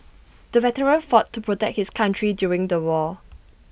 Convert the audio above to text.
the veteran fought to protect his country during the war